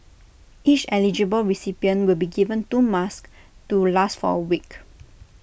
each eligible recipient will be given two masks to last for A week